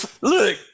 look